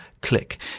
click